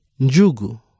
Njugu